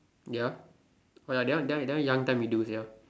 ya oh ya that one that one that one young time we do sia